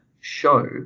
show